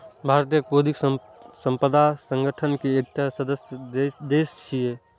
भारत बौद्धिक संपदा संगठन के एकटा सदस्य देश छियै